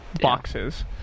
boxes